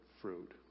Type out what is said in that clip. fruit